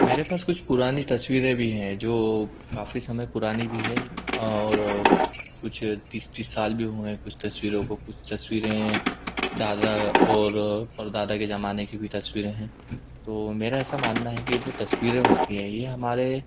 मेरे पास कुछ पुरानी तस्वीरें भी हैं जो काफ़ी समय पुरानी भी है और कुछ तीस तीस साल भी हुए हैं कुछ तस्वीरों को कुछ तस्वीरें दादा और परदादा के ज़माने की भी तस्वीरें हैं तो मेरा ऐसा मानना है कि ये जो तस्वीरें होती हैं ये हमारे